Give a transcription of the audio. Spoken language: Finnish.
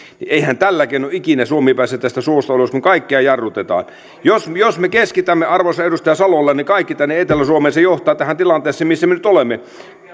eihän tällä keinolla ikinä suomi pääse tästä suosta ylös kun kaikkea jarrutetaan jos me jos me keskitämme arvoisa edustaja salolainen kaiken tänne etelä suomeen se johtaa tähän tilanteeseen missä me nyt olemme